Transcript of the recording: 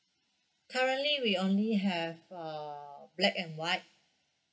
currently we only have uh black and white